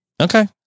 Okay